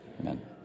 amen